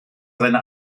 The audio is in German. seine